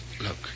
Look